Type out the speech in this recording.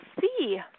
see